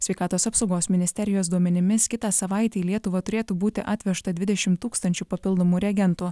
sveikatos apsaugos ministerijos duomenimis kitą savaitę į lietuvą turėtų būti atvežta dvidešimt tūkstančių papildomų reagentų